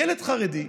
ילד חרדי,